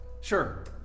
Sure